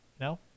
No